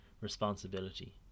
responsibility